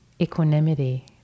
equanimity